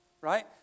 right